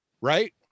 Right